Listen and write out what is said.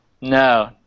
No